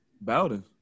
Bowden